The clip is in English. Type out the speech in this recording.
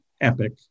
epic